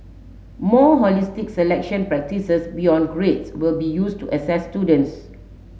more holistic selection practises beyond grades will be used to assess students